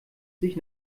sich